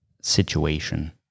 situation